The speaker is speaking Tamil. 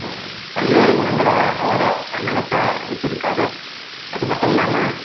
பல்வேறு குணங்களை அவர் தன்னகத்தே வச்சிருக்காரு அது மட்டும் இல்லாமல்